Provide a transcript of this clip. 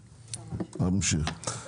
להמשיך.